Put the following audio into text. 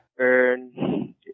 Earn